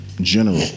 general